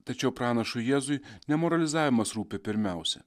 tačiau pranašui jėzui ne moralizavimas rūpi pirmiausia